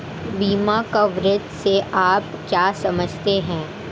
बीमा कवरेज से आप क्या समझते हैं?